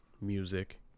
music